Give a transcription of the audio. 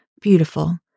Beautiful